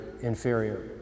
inferior